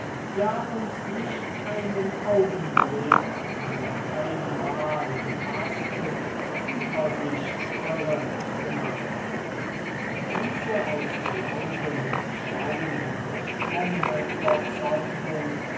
ja uns nicht einen augenblick an der einmal gefaßten zuversicht irre zu machen diese aus glauben und schauen entsprungene überzeugung